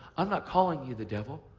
i'm not calling you the devil.